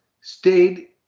stayed